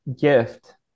gift